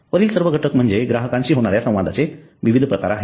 वरील सर्व घटक म्हणजे ग्राहकांशी होणाऱ्या संवादाचे विविध प्रकार आहेत